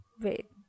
Wait